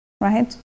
right